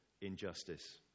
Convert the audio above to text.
injustice